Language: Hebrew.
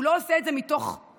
הוא לא עושה את זה מתוך מודעות,